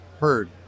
heard